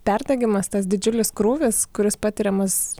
perdegimas tas didžiulis krūvis kuris patiriamas